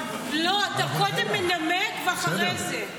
לא, אתה קודם מנמק, ואחרי זה.